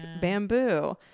bamboo